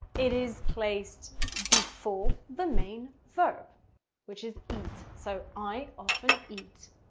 it is placed before the main verb which is eat. so i often eat.